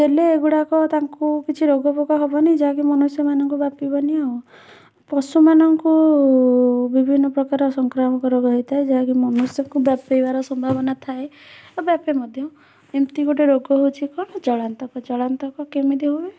ଦେଲେ ଏଗୁଡ଼ାକ ତାଙ୍କୁ କିଛି ରୋଗ ବୋଗ ହେବନି ଯାହାକି ମନୁଷ୍ୟମାନଙ୍କୁ ବ୍ୟାପିବନି ଆଉ ପଶୁମାନଙ୍କୁ ବିଭିନ୍ନ ପ୍ରକାର ସଂକ୍ରାମକ ରୋଗ ହେଇଥାଏ ଯାହାକି ମନୁଷ୍ୟକୁ ବ୍ୟାପିବାର ସମ୍ଭାବନା ଥାଏ ଆଉ ବ୍ୟାପେ ମଧ୍ୟ ଏମିତି ଗୋଟେ ରୋଗ ହେଉଛି କଣ ଜଳାନ୍ତକ ଜଳାନ୍ତକ କେମିତି ହୁଏ